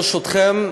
ברשותכם,